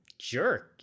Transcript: jerk